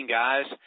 guys